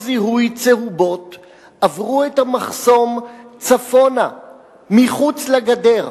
זיהוי צהובות עברו את המחסום צפונה מחוץ לגדר,